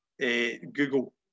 Google